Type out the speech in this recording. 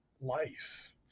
life